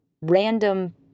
random